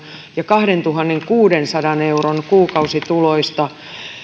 ja kahdentuhannenkuudensadan euron kuukausituloista